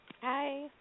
Hi